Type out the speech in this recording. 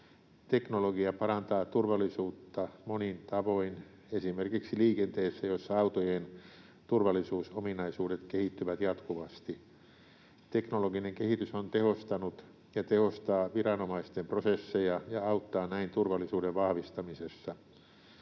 Teknologia parantaa turvallisuutta monin tavoin esimerkiksi liikenteessä, jossa autojen turvallisuusominaisuudet kehittyvät jatkuvasti. Teknologinen kehitys on tehostanut ja tehostaa viranomaisten prosesseja ja auttaa näin turvallisuuden vahvistamisessa.